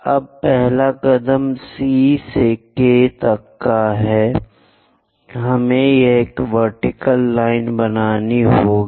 अब पहला कदम C से K तक है हमें एक वर्टिकल लाइन बनानी होगी